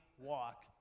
walk